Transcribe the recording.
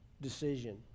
decision